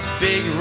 big